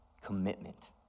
commitment